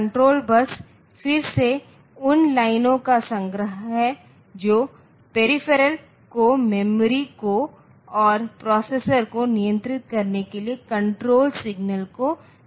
control bus फिर से उन लाइनों का संग्रह है जो पेरीफेरल को मेमोरी को और प्रोसेसर को नियंत्रित करने के लिए कण्ट्रोल सिग्नाल को नियंत्रित करता है